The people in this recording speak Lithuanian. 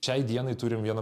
šiai dienai turim vieną